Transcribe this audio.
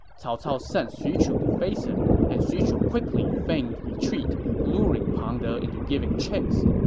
cao cao sent xu chu to face him, and xu chu quickly feigned retreat, luring pang de into giving chase.